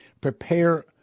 prepare